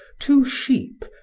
two sheep,